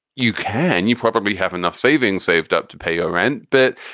you can. you probably have enough savings saved up to pay your rent. but